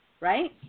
right